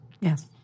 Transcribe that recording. Yes